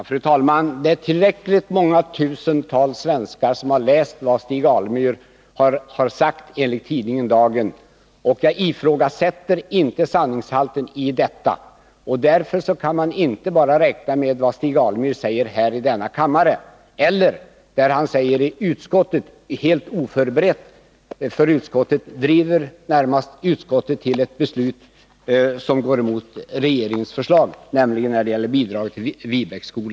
Fru talman! Det är många tusentals svenskar som har läst vad Stig Alemyr har sagt enligt tidningen Dagen, och jag ifrågasätter inte sanningshalten i detta. Därför kan man inte bara räkna med vad Stig Alemyr säger här i denna kammare eller vad han säger i utskottet. Han driver närmast utskottet — dessutom helt oförberett för utskottet — till ett beslut som går emot regeringens förslag när det gäller bidrag till Viebäcksskolan.